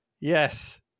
Yes